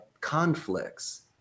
conflicts